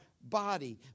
body